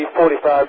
45